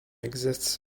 exists